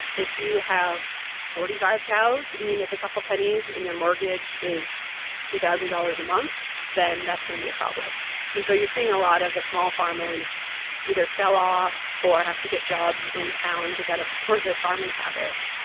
if you have forty five cows and you make a couple pennies and your mortgage is two thousand dollars a month, then that's going to be a problem and so you're seeing a lot of the small farmers either sell off or have to get jobs in town to kind of support their farming habit.